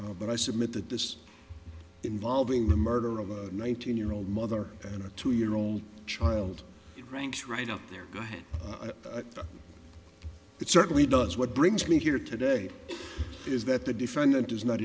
but i submit that this involving the murder of a nineteen year old mother and a two year old child ranks right up there go ahead it certainly does what brings me here today is that the defendant is not